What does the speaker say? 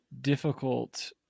difficult